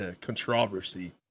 controversy